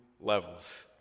levels